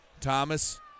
Thomas